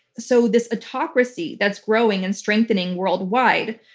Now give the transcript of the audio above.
so this autocracy that's growing and strengthening worldwide,